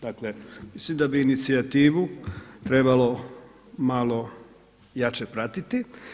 Dakle mislim da bi inicijativu trebalo malo jače pratiti.